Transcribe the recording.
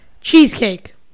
Cheesecake